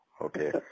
okay